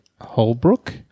Holbrook